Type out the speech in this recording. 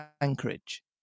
anchorage